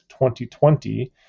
2020